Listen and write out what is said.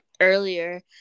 earlier